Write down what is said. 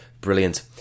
brilliant